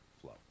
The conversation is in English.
flow